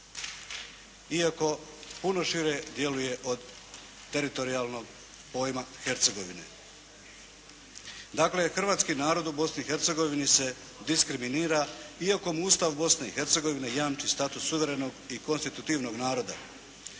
Iako puno šire djeluje od teritorijalnog pojma Hercegovine. Dakle, hrvatski narod u Bosni i Hercegovini se diskriminira iako im Ustav Bosne i Hercegovine jamči status suvremenog i konstitutivnog naroda.